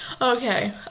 Okay